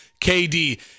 KD